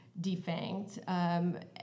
defanged